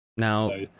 Now